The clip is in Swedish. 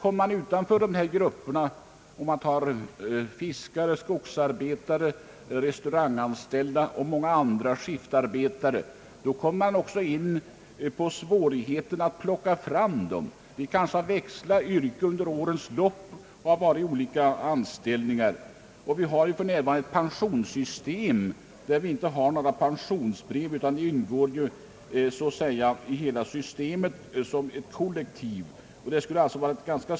Men går man utanför denna grupp och inkluderar fiskare, skogsarbetare, restauranganställda, skiftarbetare och många andra, får man också svårigheter att plocka fram dessa. De kan byta yrke under årens lopp, och de kan ha haft olika anställningar. Vi har för närvarande ett pensionssystem utan pensionsbrev, och dessa grupper ingår i hela systemet som ett kollektiv.